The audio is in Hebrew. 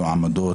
הקהילה.